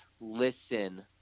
listen